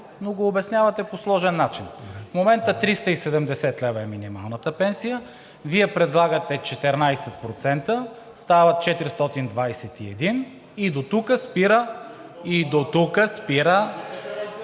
но го обяснявате по сложен начин. В момента 370 лв. е минималната пенсия. Вие предлагате 14%, стават 421 лв. и дотук спира